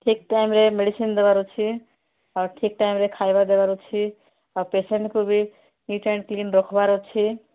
ଠିକ୍ ଟାଇମ୍ରେ ମେଡିସିନ୍ ଦେବାର ଅଛି ଆଉ ଠିକ୍ ଟାଇମ୍ରେ ଖାଇବା ଦେବାର ଅଛି ଆଉ ପେସେଣ୍ଟ୍କୁ ବି ନିଟ୍ ଆଣ୍ଡ୍ କ୍ଲିନ୍ ରଖିବାର ଅଛି